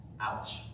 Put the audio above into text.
Ouch